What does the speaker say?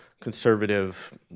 conservative